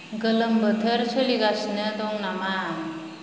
गोलोम बोथोर सोलिगासिनो दं नामा